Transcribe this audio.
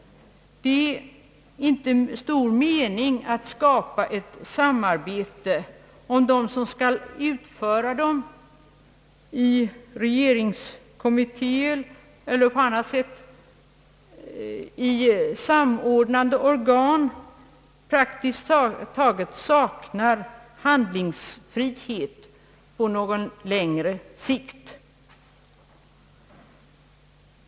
Det är inte stor mening i att skapa ett samarbete om de som skall fullfölja det i regeringskommittéer eller i samordnande organ av annat slag praktiskt taget saknar handlingsfrihet på någon sikt.